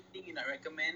so